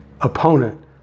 opponent